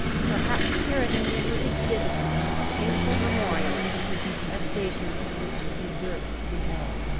perhaps tyranny never exhibited a more painful memorial of the detestation in which it deserves to be held.